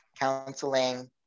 counseling